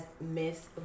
Miss